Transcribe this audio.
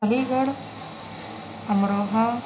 علی گڑھ امروہہ